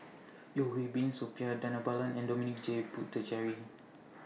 Yeo Hwee Bin Suppiah Dhanabalan and Dominic J Puthucheary